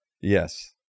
yes